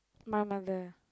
my mother